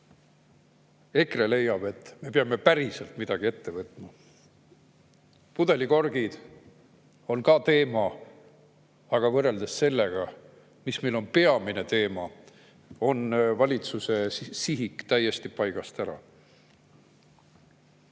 EKRE leiab, et me peame päriselt midagi ette võtma. Pudelikorgid on ka teema, aga võrreldes sellega, mis meil on peamine teema, on valitsuse sihik täiesti paigast ära.